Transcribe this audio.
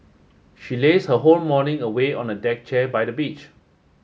she laze her whole morning away on a deck chair by the beach